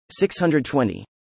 620